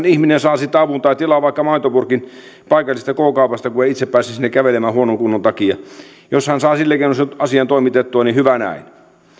ihminen saa siitä avun tai tilaa vaikka maitopurkin paikallisesta k kaupasta kun ei itse pääse sinne kävelemään huonon kunnon takia jos hän saa sillä keinoin asian toimitettua niin hyvä näin